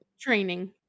training